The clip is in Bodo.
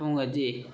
बुङोदि